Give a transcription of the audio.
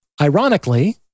ironically